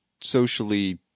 socially